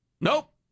nope